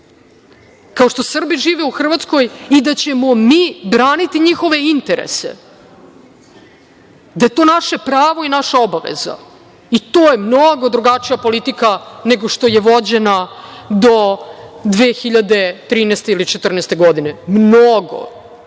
kao što Srbi žive u Hrvatskoj i da ćemo mi braniti njihove interese, da je to naše pravo i naša obaveza. To je mnogo drugačija politika nego što je vođena do 2013. i 2014. godine. Mnogo,